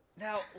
Now